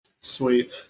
sweet